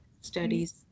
studies